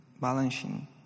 balancing